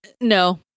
no